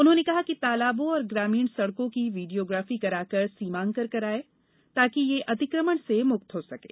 उन्होंने कहा कि तालाबों और ग्रामीण सड़कों की वीडियोग्राफी कराकर सीमांकर कराएं ताकि ये अतिक्रमण से मुक्त हो सकें